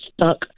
stuck